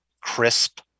crisp